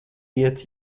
iet